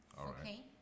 Okay